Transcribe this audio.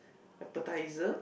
appetizer